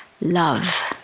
love